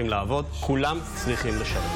התשפ"ד 2024,